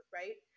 right